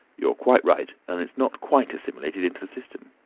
you're quite right, and it's not quite assimilated into the system.